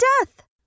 death